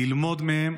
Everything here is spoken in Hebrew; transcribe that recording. ללמוד מהם.